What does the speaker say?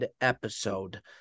episode